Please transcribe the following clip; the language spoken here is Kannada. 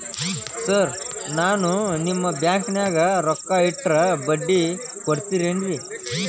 ಸರ್ ನಾನು ನಿಮ್ಮ ಬ್ಯಾಂಕನಾಗ ರೊಕ್ಕ ಇಟ್ಟರ ಬಡ್ಡಿ ಕೊಡತೇರೇನ್ರಿ?